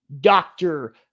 doctor